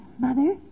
Mother